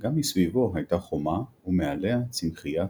גם מסביבו היתה חומה ומעליה צמחיה צפופה.